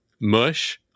mush